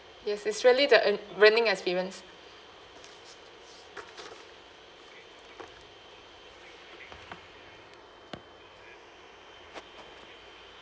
yes it's really the an~ learning experience